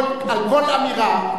על כל אמירה,